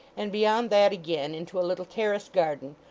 and beyond that again into a little terrace garden,